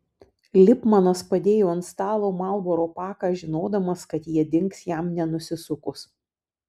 lipmanas padėjo ant stalo marlboro paką žinodamas kad jie dings jam nenusisukus